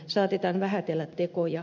saatetaan vähätellä tekoja